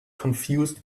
confused